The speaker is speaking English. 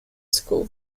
school